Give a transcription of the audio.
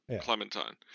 Clementine